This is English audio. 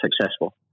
successful